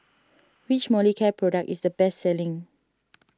which Molicare product is the best selling